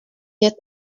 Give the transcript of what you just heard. yet